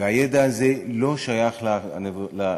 והידע הזה לא שייך לאקדמיה.